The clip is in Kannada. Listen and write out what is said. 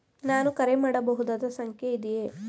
ನಾನು ಕರೆ ಮಾಡಬಹುದಾದ ಸಂಖ್ಯೆ ಇದೆಯೇ?